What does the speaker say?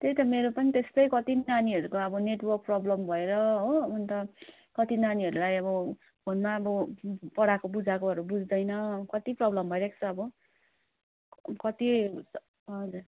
त्यही त मेरो पनि त्यस्तै कति पनि नानीहरूको अब नेटवर्क प्रब्लम भएर हो अन्त कति नानीहरूलाई अब फोनमा अब पढाएको बुझाएकोहरू बुझ्दैन कति प्रब्लम भइरहेको छ अब कति हजुर